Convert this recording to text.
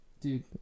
dude